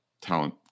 talent